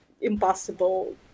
impossible